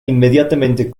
inmediatamente